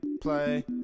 Play